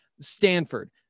Stanford